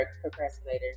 procrastinator